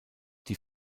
die